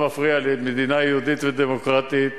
לא מפריע למדינה יהודית ודמוקרטית.